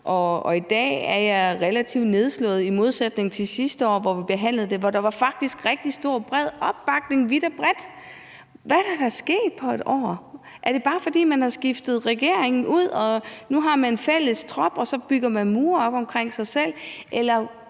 Og i dag er jeg relativt nedslået i modsætning til sidste år, hvor vi behandlede det, og hvor der faktisk var rigtig stor opbakning vidt og bredt. Hvad er der sket på 1 år? Er det bare, fordi man har skiftet regeringen ud og man nu har dannet fælles front, og så bygger man mure op omkring sig selv?